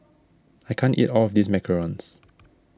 I can't eat all of this Macarons